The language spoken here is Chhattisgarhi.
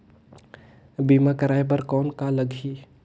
बीमा कराय बर कौन का लगही?